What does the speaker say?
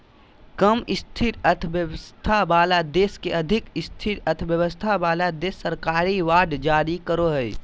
कम स्थिर अर्थव्यवस्था वाला देश के अधिक स्थिर अर्थव्यवस्था वाला देश सरकारी बांड जारी करो हय